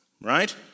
right